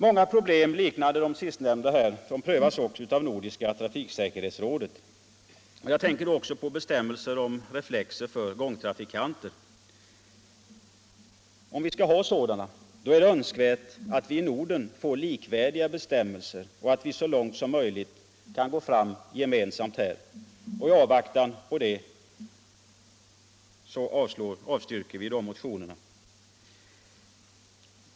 Många problem liknande de sistnämnda prövas också av Nordiska trafiksäkerhetsrådet. Jag tänker då bl.a. på bestämmelser om reflexer för gångtrafikanter. Om det skall finnas sådana är det önskvärt att vi i Norden får likvärdiga bestämmelser och att vi så långt som möjligt kan gå fram gemensamt. I avvaktan på det avstyrker utskottet de motionerna.